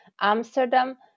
amsterdam